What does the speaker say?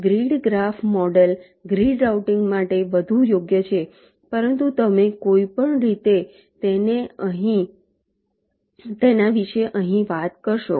grid graph model grid routing માટે વધુ યોગ્ય છે પરંતુ તમે કોઈપણ રીતે તેના વિશે અહીં વાત કરશો